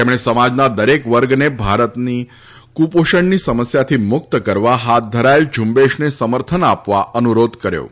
તેમણે સમાજના દરેક વર્ગને ભારતને કુપોષણની સમસ્યાથી મુક્ત કરવા હાથ ધરાયેલ ઝ્રંબેશને સમર્થન આપવા અનુરોધ કર્યો હતો